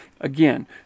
again